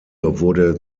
wurde